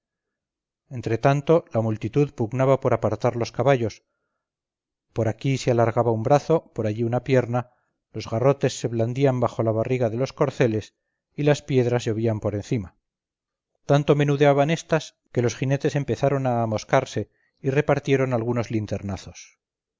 entre tanto la multitud pugnaba por apartar los caballos por aquí se alargaba un brazo por allí una pierna los garrotes se blandían bajo la barriga de los corceles y las piedras llovían por encima tanto menudeaban estas que los jinetes empezaron a amoscarse y repartieron algunos linternazos